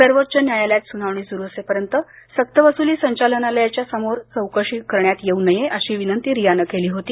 सर्वोच्च न्यायालयात सुनावणी सुरू असेपर्यंत सक्त वसुली संचालनालयाची समोर चौकशी करण्यात येऊ नये अशी विनंती रियानं केली होती